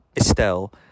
Estelle